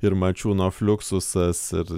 ir mačiūno fliuksusas ir